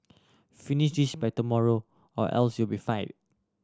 finish this by tomorrow or else you'll be fire